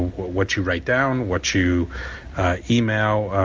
what you write down. what you email.